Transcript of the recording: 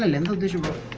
ah individual